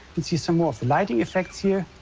can see some more the lighting effects here.